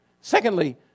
Secondly